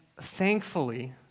thankfully